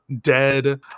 dead